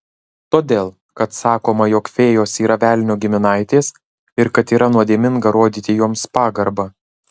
todėl kad sakoma jog fėjos yra velnio giminaitės ir kad yra nuodėminga rodyti joms pagarbą